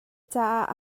caah